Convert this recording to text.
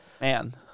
man